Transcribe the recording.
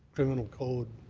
criminal code,